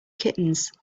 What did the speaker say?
kittens